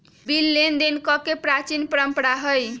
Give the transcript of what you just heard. bill लेनदेन कके प्राचीन परंपरा हइ